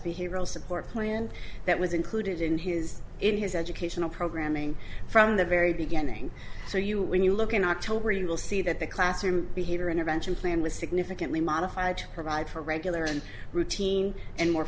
behavioral support plan that was included in his in his educational programming from the very beginning so you when you look in october you will see that the classroom behavior intervention plan was significantly modified herad for regular and routine and more